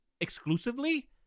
exclusively